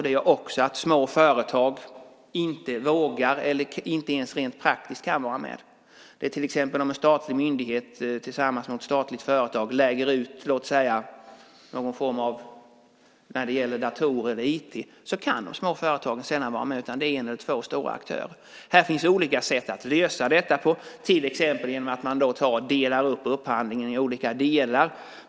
Det gör också att små företag inte vågar eller rent praktiskt inte kan vara med. Det kan till exempel gälla om en statlig myndighet tillsammans med ett statligt företag lägger ut upphandling av datorer eller IT. De små företagen kan då sällan vara med, utan det är en eller två stora aktörer som är med. Det finns olika sätt att lösa detta. Man kan till exempel dela upp upphandlingen i olika delar.